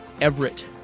Everett